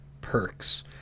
perks